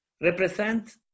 represent